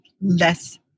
less